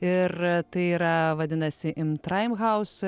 ir tai yra vadinasi in traim hauz